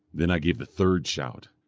then i gave the third shout.